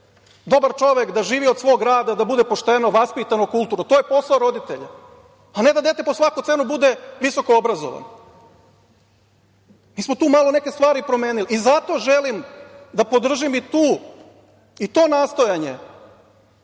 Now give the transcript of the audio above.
dobar čovek, da živi od svog rada, da bude pošteno, vaspitano, kulturno. To je posao roditelja, a ne da dete po svaku cenu bude visokoobrazovano. Mi smo tu malo neke stvari promenili i zato želim da podržim i to nastojanje